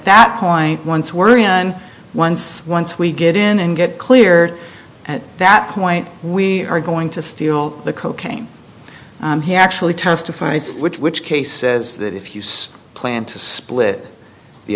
that point once we're in once once we get in and get clear at that point we are going to steal the cocaine he actually testified i switch which case says that if use plan to split the